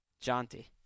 jaunty